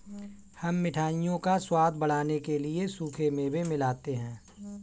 हम मिठाइयों का स्वाद बढ़ाने के लिए सूखे मेवे मिलाते हैं